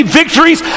victories